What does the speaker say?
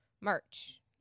merch